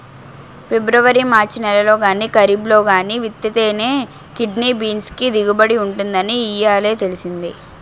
February March నెలల్లో గానీ, కరీబ్లో గానీ విత్తితేనే కిడ్నీ బీన్స్ కి దిగుబడి ఉంటుందని ఇయ్యాలే తెలిసింది